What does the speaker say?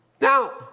Now